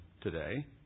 today